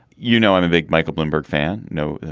you know i mean big michael bloomberg fan. no.